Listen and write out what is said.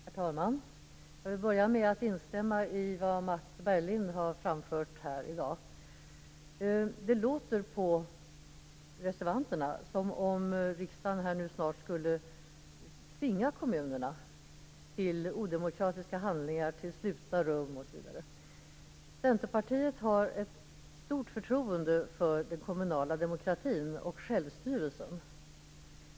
Herr talman! Jag vill börja med att instämma i vad Mats Berglind har framfört här i dag. Det låter på reservanterna som om riksdagen snart skulle tvinga kommunerna till odemokratiska handlingar, till slutna rum osv. Centerpartiet har ett stort förtroende för den kommunala demokratin och självstyrelsen.